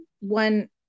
one